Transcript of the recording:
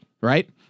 right